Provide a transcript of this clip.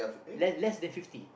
less less than fifty